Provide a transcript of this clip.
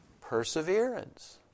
perseverance